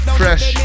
fresh